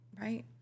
right